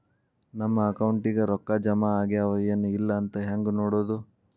ನಮ್ಮ ಅಕೌಂಟಿಗೆ ರೊಕ್ಕ ಜಮಾ ಆಗ್ಯಾವ ಏನ್ ಇಲ್ಲ ಅಂತ ಹೆಂಗ್ ನೋಡೋದು?